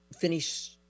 finish